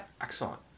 Excellent